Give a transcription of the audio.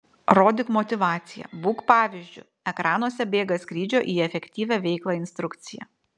rodyk motyvaciją būk pavyzdžiu ekranuose bėga skrydžio į efektyvią veiklą instrukcija